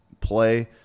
play